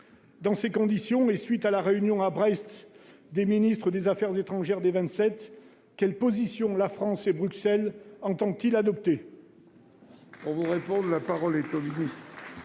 Dans ces conditions, et à la suite de la réunion à Brest des ministres des affaires étrangères des Vingt-Sept, quelle position la France et Bruxelles entendent-elles adopter ?